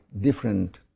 different